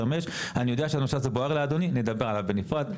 אני יודע שהנושא הזה בוער לאדוני אנחנו נדבר על זה בנפרד,